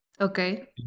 Okay